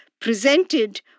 presented